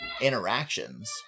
interactions